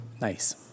nice